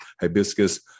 hibiscus